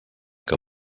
que